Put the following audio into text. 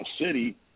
city